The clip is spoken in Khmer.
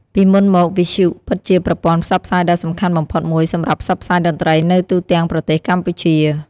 ពីមុនមក វិទ្យុ ពិតជាប្រព័ន្ធផ្សព្វផ្សាយដ៏សំខាន់បំផុតមួយសម្រាប់ ផ្សព្វផ្សាយតន្ត្រីនៅទូទាំងប្រទេសកម្ពុជា។